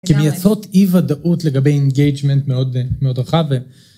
כמייצרות אי ודאות לגבי אינגייג'מנט מאוד רחב